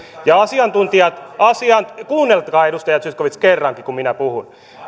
asiantuntijat kuunnelkaa edustaja zyskowicz kerrankin kun minä puhun